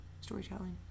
storytelling